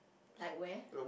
like where